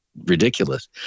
ridiculous